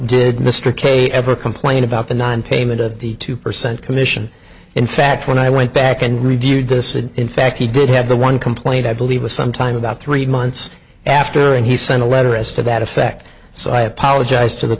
did mr kay ever complain about the nineteen that of the two percent commission in fact when i went back and reviewed this and in fact he did have the one complaint i believe was sometime about three months after and he sent a letter as to that effect so i apologize to the